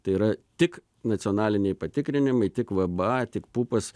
tai yra tik nacionaliniai patikrinimai tik vba tik pupas